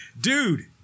Dude